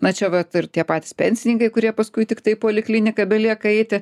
na čia vat ir tie patys pensininkai kurie paskui tiktai polikliniką belieka eiti